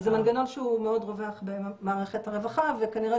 זה מנגנון מאוד רווח במערכת הרווחה וכנראה